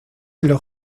los